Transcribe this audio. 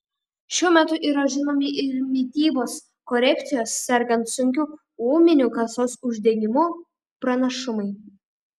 šiuo metu yra žinomi ir mitybos korekcijos sergant sunkiu ūminiu kasos uždegimu pranašumai